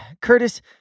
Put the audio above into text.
Curtis